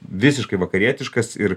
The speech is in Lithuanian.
visiškai vakarietiškas ir